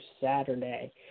Saturday